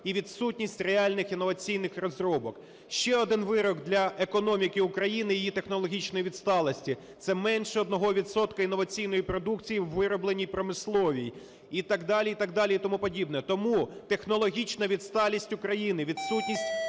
і відсутність реальних інноваційних розробок. Ще один вирок для економіки України, її технологічної відсталості – це менше 1 відсотка інноваційної продукції у виробленій промисловій і так далі, і так далі, і тому подібне. Тому технологічна відсталість України, відсутність